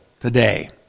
today